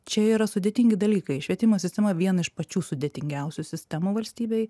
čia yra sudėtingi dalykai švietimo sistema viena iš pačių sudėtingiausių sistemų valstybėj